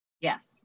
Yes